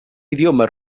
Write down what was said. idioma